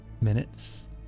minutes